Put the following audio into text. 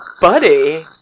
Buddy